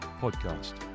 podcast